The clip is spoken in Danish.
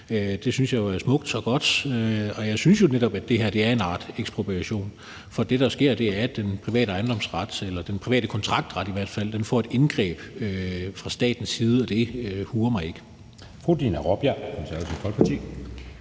Det synes jeg er smukt og godt. Jeg synes jo netop, at det her er en art ekspropriation, for det, der sker, er, at den private ejendomsret eller i hvert fald den private kontraktret bliver udsat for et indgreb fra statens side, og det huer mig ikke.